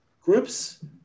groups